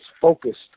focused